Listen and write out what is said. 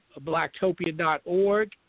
Blacktopia.org